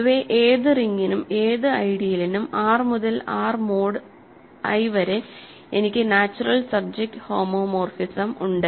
പൊതുവേ ഏത് R റിങ്ങിനും ഏത് ഐഡിയലിനും R മുതൽ R മോഡ് I വരെ എനിക്ക് നാച്ചുറൽ സബ്ജെക്റ്റീവ് ഹോമോമോർഫിസം ഉണ്ട്